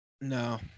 no